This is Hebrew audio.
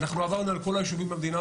אנחנו עברנו על כל הישובים במדינה